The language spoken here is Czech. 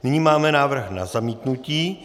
Nyní máme návrh na zamítnutí.